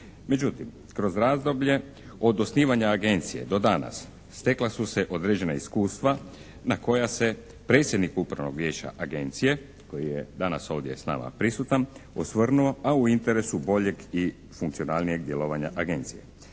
Međutim, kroz razdoblje od osnivanja agencije do danas stekla su se određena iskustva na koja se predsjednik Upravnog vijeća agencije koji je ovdje danas s nama prisutan osvrnuo a u interesu boljeg i funkcionalnijeg djelovanja agencije.